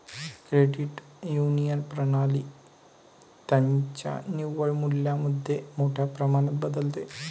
credit union प्रणाली त्यांच्या निव्वळ मूल्यामध्ये मोठ्या प्रमाणात बदलते